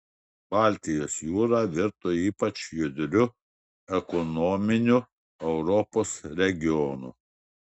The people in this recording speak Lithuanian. baltijos jūra virto ypač judriu ekonominiu europos regionu